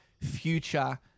future